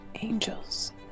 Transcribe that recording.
Angels